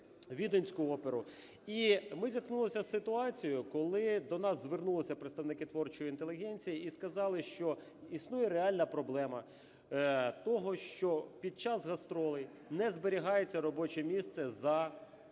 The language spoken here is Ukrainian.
Віденську оперу. І ми зіткнулися з ситуацією, коли до нас звернулися представники творчої інтелігенції і сказали, що існує реальна проблема того, що під час гастролей не зберігається робоче місце за цими